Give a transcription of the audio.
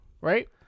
Right